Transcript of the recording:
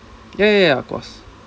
ya ya ya of course